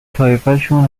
طایفشون